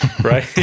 Right